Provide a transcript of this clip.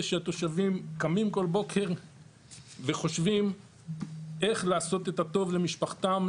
זה שהתושבים קמים כל בוקר וחושבים איך לעשות את הטוב למשפחתם,